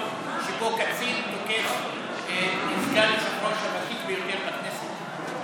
שבו קצין תוקף את סגן היושב-ראש הוותיק ביותר בכנסת?